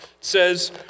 says